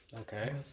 Okay